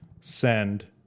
send